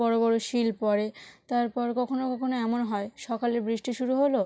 বড় বড় শিল পড়ে তারপর কখনও কখনও এমন হয় সকালে বৃষ্টি শুরু হলো